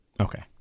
Okay